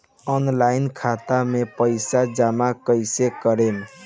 Online खाता मे पईसा जमा कइसे करेम?